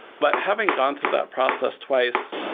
but having gone through that process twice,